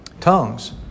tongues